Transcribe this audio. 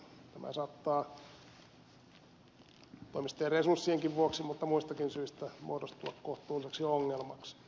tämä saattaa toimistojen resurssienkin vuoksi mutta muistakin syistä muodostua kohtuulliseksi ongelmaksi